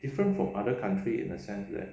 different from other country in the sense that